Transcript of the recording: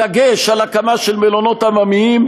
דגש על הקמה של מלונות עממיים,